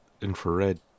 infrared